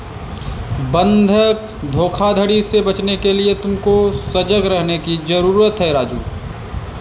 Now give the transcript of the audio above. बंधक धोखाधड़ी से बचने के लिए तुमको सजग रहने की जरूरत है राजु